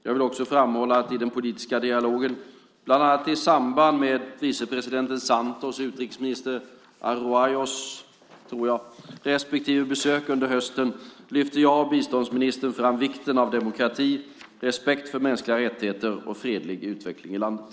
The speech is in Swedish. Jag vill också framhålla att i den politiska dialogen, bland annat i samband med vicepresident Santos och utrikesminister Araújos respektive besök under hösten, lyfte jag och biståndsministern fram vikten av demokrati, respekt för mänskliga rättigheter och fredlig utveckling i landet.